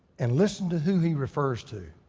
and listen to who he refers to.